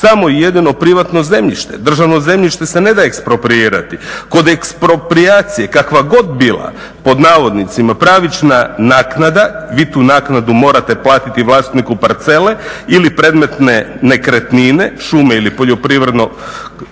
samo i jedino privatno zemljište. Državno zemljište se ne da ekspropriirati. Kod eksproprijacije kakva god bila pod navodnicima pravična naknada vi tu naknadu morate platiti vlasniku parcele ili predmetne nekretnine, šume ili poljoprivrednog